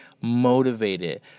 motivated